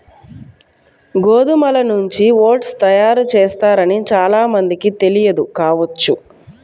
గోధుమల నుంచి ఓట్స్ తయారు చేస్తారని చాలా మందికి తెలియదు కావచ్చు